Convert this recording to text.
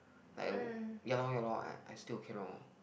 like ya lor ya lor I I still okay lor